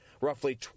roughly